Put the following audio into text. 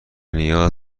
نیاز